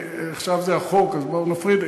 עכשיו זה החוק, אז בואו נפריד.